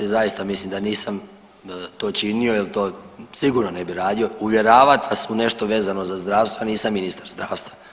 Zaista mislim da nisam to činio jer to sigurno ne bi radio, uvjeravati vas u nešto vezano za zdravstvo, ja nisam ministar zdravstva.